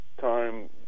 time